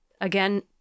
again